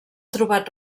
trobat